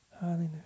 Hallelujah